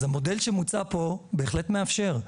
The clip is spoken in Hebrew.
אז המודל שמוצע פה בהחלט מאפשר.